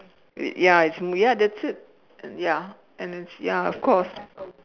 ya it's ya that's it ya and it's ya of course